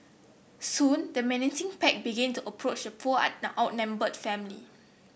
soon the menacing pack began to approach the poor outnumbered family